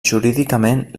jurídicament